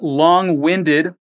long-winded